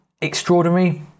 extraordinary